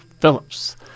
Phillips